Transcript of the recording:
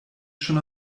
schon